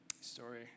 story